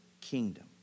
kingdom